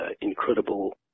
incredible